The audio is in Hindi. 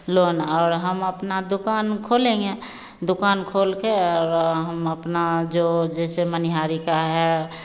लोन और हम अपनी दुक़ान खोलेंगे दुक़ान खोलकर और हम अपना जो जैसे मनिहारी का है